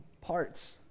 parts